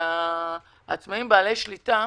עצמאים בעלי שליטה.